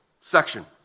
section